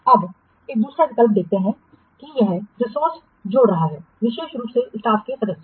अब हम दूसरा विकल्प देखते हैं कि यह रिसोर्सेज जोड़ रहा है विशेष रूप से स्टाफ के सदस्य